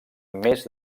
més